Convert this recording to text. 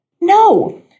No